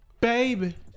Baby